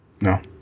No